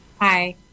Hi